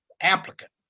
applicant